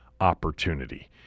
opportunity